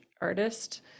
artist